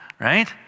right